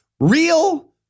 Real